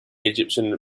egyptian